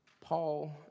Paul